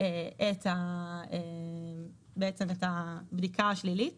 את הבדיקה השלילית